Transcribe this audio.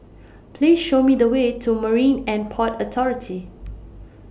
Please Show Me The Way to Marine and Port Authority